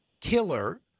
killer